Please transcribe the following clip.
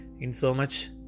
insomuch